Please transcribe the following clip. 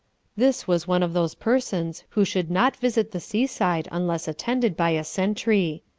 this was one of those persons who should not visit the seaside unless attended by a sentry.